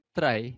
try